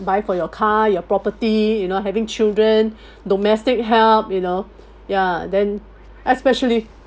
buy for your car your property you know having children domestic help you know ya then especially